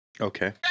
Okay